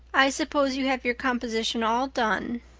i suppose you have your composition all done?